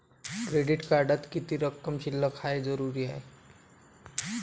Credit कार्डात किती रक्कम शिल्लक राहानं जरुरी हाय?